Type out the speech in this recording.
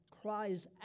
cries